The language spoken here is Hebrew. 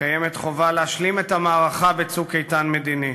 קיימת חובה להשלים את המערכה בצוק איתן מדיני.